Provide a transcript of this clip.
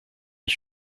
his